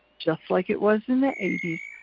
just like it was in the eighty s,